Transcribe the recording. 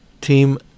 team